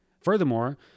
Furthermore